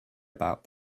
about